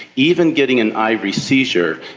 even getting an ivory seizure,